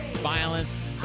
Violence